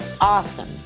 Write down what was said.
awesome